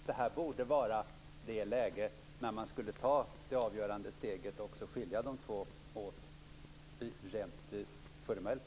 Detta borde vara det läge då man också rent formellt skulle ta det avgörande steget och skilja de två åt.